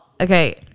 Okay